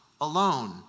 alone